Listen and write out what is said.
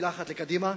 מלה אחת לקדימה.